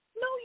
No